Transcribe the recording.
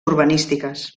urbanístiques